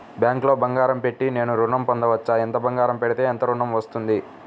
బ్యాంక్లో బంగారం పెట్టి నేను ఋణం పొందవచ్చా? ఎంత బంగారం పెడితే ఎంత ఋణం వస్తుంది?